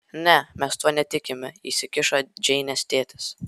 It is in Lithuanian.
ne mes tuo netikime įsikišo džeinės tėtis